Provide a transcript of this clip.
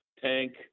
tank